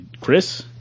Chris